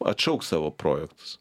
atšauks savo projektus